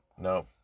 No